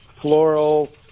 floral